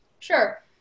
Sure